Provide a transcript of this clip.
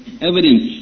evidence